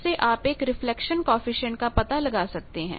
उससे आप एक रिफ्लेक्शन कॉएफिशिएंट का पता लगा सकते हैं